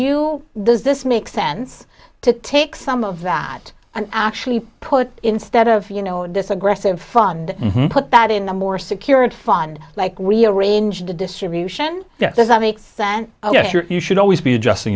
you does this make sense to take some of that and actually put instead of you know in this aggressive fund put that in a more secure and fund like we arranged a distribution does that make sense you should always be adjusting